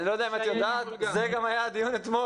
אני לא יודע אם את יודעת, זה גם היה הדיון אתמול.